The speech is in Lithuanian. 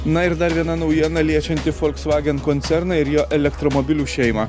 na ir dar viena naujiena liečianti folksvagen koncerną ir jo elektromobilių šeimą